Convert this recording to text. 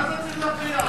מה זה צריך להפריע לך?